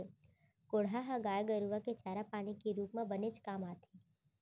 कोंढ़ा ह गाय गरूआ के चारा पानी के रूप म बनेच काम आथे